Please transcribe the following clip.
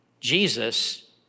Jesus